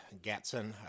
Gatson